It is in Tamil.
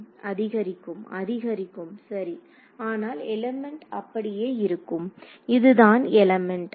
மாணவர் அதிகரிக்கும் அதிகரிக்கும் சரி ஆனால் எலிமெண்ட் அப்படியே இருக்கும் இதுதான் எலிமெண்ட்